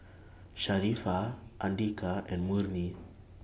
Sharifah Andika and Murni